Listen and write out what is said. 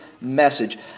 message